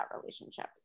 relationship